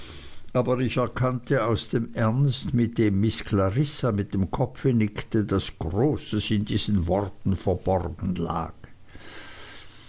aber ich erkannte aus dem ernst mit dem miß clarissa mit dem kopf nickte daß großes in diesen worten verborgen lag